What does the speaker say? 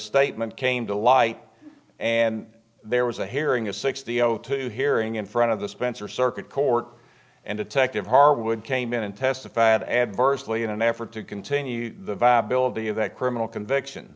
statement came to light and there was a hearing a sixty zero two hearing in front of the spencer circuit court and detective harwood came in and testified adversely in an effort to continue the viability of that criminal conviction